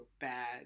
bad